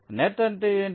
net అంటే ఏమిటి